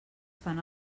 fan